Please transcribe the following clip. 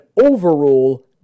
overrule